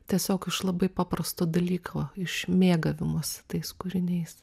tiesiog iš labai paprasto dalyko iš mėgavimosi tais kūriniais